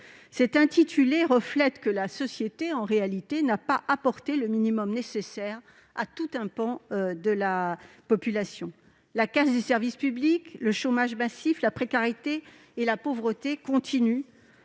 reflète le fait que la société n'a pas apporté le minimum nécessaire à tout un pan de la population. La casse du service public, le chômage massif, la précarité et la pauvreté se